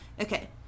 Okay